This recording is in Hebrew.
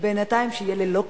ייתכן בינתיים שיהיו ללא כיסוי?